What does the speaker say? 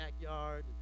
backyard